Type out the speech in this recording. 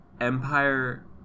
empire